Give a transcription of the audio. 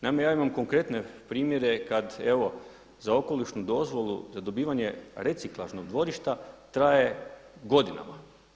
Naime, ja imam konkretne primjere kada za okolišnu dozvolu za dobivanje reciklažnog dvorišta traje godinama.